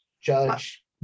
judge